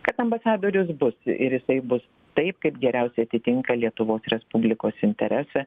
kad ambasadorius bus ir jisai bus taip kaip geriausiai atitinka lietuvos respublikos interesą